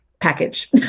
Package